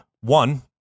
one